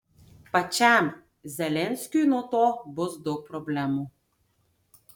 pačiam zelenskiui nuo to bus daug problemų